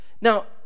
now